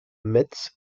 metz